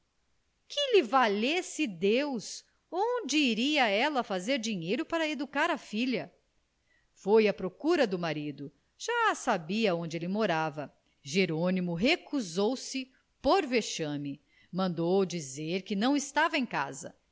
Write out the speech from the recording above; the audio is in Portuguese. que lhe valesse deus onde iria ela fazer dinheiro para educar a filha foi à procura do marido já sabia onde ele morava jerônimo recusou se por vexame mandou dizer que não estava em casa